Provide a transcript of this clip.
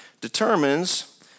determines